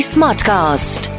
Smartcast